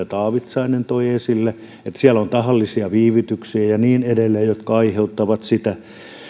taavitsainen toi esille että siellä on tahallisia viivytyksiä ja ja niin edelleen jotka aiheuttavat sitä